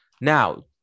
Now